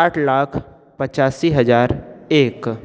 आठ लाख पचासी हज़ार एक